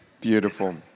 Beautiful